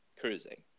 cruising